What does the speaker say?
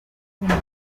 agomba